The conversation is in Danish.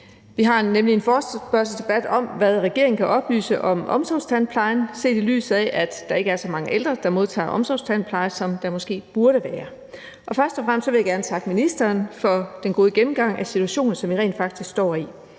Vi har nemlig en forespørgselsdebat om, hvad regeringen kan oplyse om omsorgstandplejen, set i lyset af at der ikke er så mange ældre, der modtager omsorgstandpleje, som der måske burde være. Jeg vil først og fremmest gerne takke ministeren for den gode gennemgang af den situation, som vi rent faktisk står i.